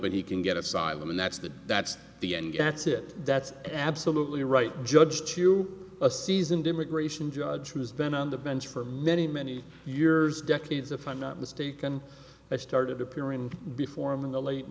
reopen he can get asylum and that's the that's the end that's it that's absolutely right judge chu a seasoned immigration judge who has been on the bench for many many years decades if i'm not mistaken i started appearing before him in the late